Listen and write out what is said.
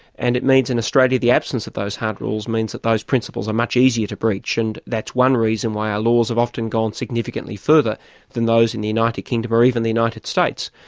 and it means, in australia, the absence of those hard rules means that those principles are much easier to breach, and that's one reason why our laws have often gone significantly further than those in the united kingdom or even the united states.